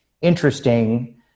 interesting